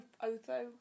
Otho